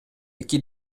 эки